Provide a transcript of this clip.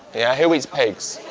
yeah, who eats pigs,